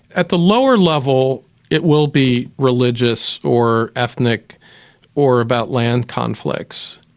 at the lower level it will be religious or ethnic or about land conflicts.